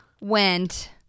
went